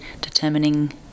determining